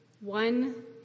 one